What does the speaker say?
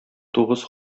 тугыз